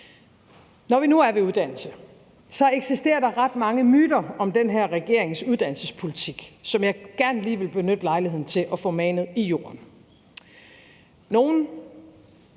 dig bagefter. Kl. 12:30 Så eksisterer der ret mange myter om den her regerings uddannelsespolitik, som jeg gerne lige vil benytte lejligheden til at få manet i jorden.